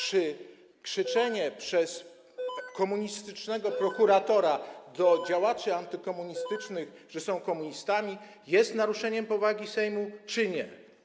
Czy krzyczenie przez komunistycznego prokuratora do działaczy antykomunistycznych, że są komunistami, jest naruszeniem powagi Sejmu, czy nie?